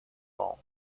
mall